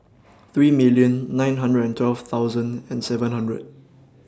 three million nine hundred and twelve thousand and seven hundred